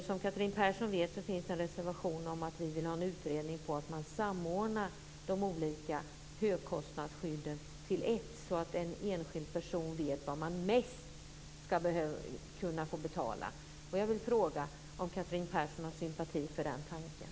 Som Catherine Persson vet så finns det en reservation om att vi vill ha en utredning om att samordna de olika högkostnadsskydden till ett enda, så att en enskild person vet vad man som mest ska behöva betala. Jag vill fråga om Catherine Persson har sympati för den tanken.